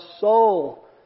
soul